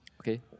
Okay